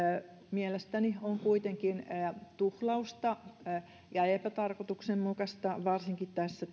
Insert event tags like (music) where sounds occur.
mielestäni on kuitenkin tuhlausta ja ja epätarkoituksenmukaista varsinkin tässä (unintelligible)